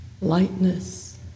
lightness